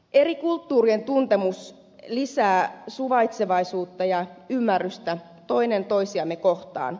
eri kulttuurien tuntemus lisää suvaitsevaisuutta ja ymmärtämystä toinen toisiamme kohtaan